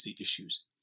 issues